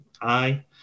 Aye